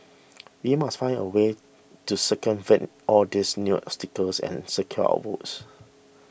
we must find a way to circumvent all these new obstacles and secure our votes